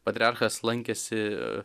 patriarchas lankėsi